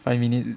five minutes